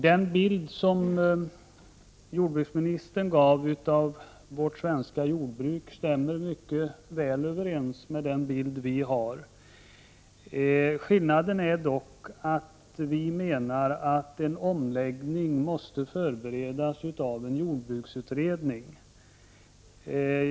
Den bild som jordbruksministern tecknade av vårt svenska jordbruk stämmer mycket väl överens med den bild vi har. Skillnaden är dock att vi menar att en omläggning måste förberedas av en jordbruksutredning.